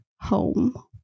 home